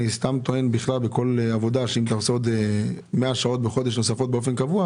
אני טוען לגבי כל עבודה שאם אתה עושה עוד מאה שעות נוספות באופן קבוע,